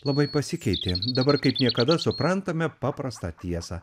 labai pasikeitė dabar kaip niekada suprantame paprastą tiesą